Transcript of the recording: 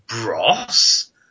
Bros